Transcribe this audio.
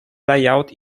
layout